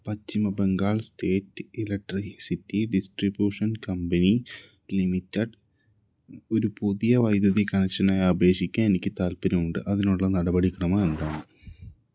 പശ്ചിമ Bengal state electricity distribution company limited ഒരു പുതിയ വൈദ്യുതി കണക്ഷനായി അപേക്ഷിക്കാൻ എനിക്ക് താൽപ്പര്യമുണ്ട് അതിനുള്ള നടപടിക്രമമെന്താണ്